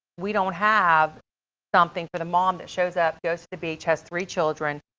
we don't have something for the mom that shows up, goes to the beach, has three children.